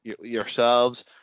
yourselves